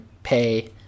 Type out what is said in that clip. pay